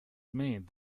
manned